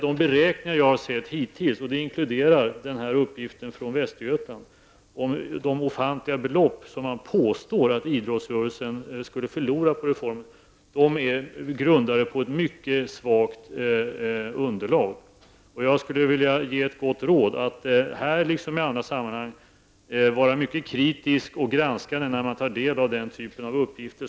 De beräkningar som jag har sett hittills, bl.a. denna från Västergötland, om de ofantliga belopp som idrottsrörelsen skulle förlora på reformen har ett mycket svagt underlag. Jag skulle vilja ge det goda rådet att man i detta liksom i andra sammanhang är mycket kritisk när man tar del av den här typen av uppgifter.